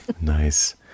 nice